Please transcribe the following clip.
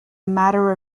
matter